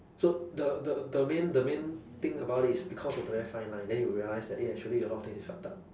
so the the the main the main thing about it is because of very fine line then you realise that eh actually a lot of things is fucked up